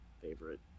favorite